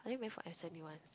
I only went for S_M_U [one]